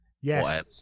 yes